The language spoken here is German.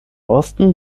osten